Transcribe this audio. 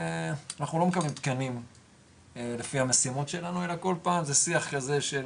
אנחנו לא מקבלים תקנים לפי המשימות שלנו אלא כל פעם זה שיח כזה של